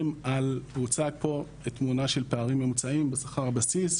הוצגה פה תמונה של פערים ממוצעים בשכר הבסיס,